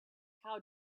how